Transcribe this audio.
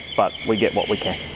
but we get what we can.